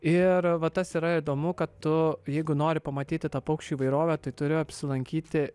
ir va tas yra įdomu kad tu jeigu nori pamatyti tą paukščių įvairovę tai turi apsilankyti